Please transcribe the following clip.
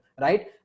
right